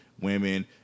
women